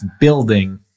building